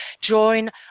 join